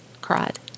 cried